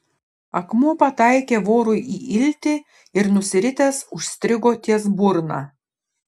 akmuo pataikė vorui į iltį ir nusiritęs užstrigo ties burna